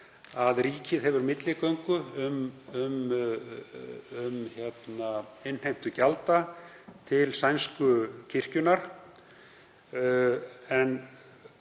að ríkið hefur milligöngu um innheimtu gjalda til sænsku kirkjunnar,